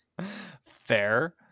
Fair